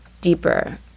deeper